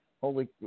Holy –